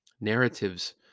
narratives